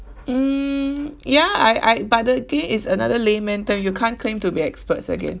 mm ya I I but again is another layman term you can't claim to be experts again